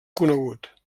conegut